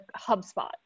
HubSpot